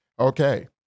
Okay